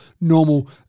normal